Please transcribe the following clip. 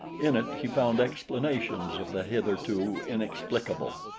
in it he found explanations of the hitherto inexplicable.